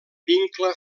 vincle